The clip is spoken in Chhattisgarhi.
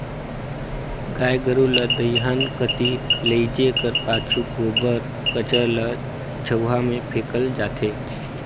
गाय गरू ल दईहान कती लेइजे कर पाछू गोबर कचरा ल झउहा मे फेकल जाथे